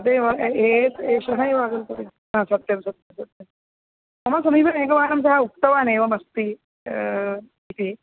तदेव एषः एव हा सत्यं सत्यं सत्यं मम समीपे एकवारं सः उक्तवान् एवमस्ति इति